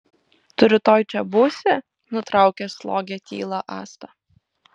tu rytoj čia būsi nutraukė slogią tylą asta